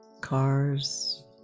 cars